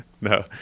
No